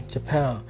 Japan